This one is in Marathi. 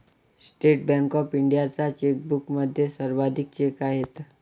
स्टेट बँक ऑफ इंडियाच्या चेकबुकमध्ये सर्वाधिक चेक आहेत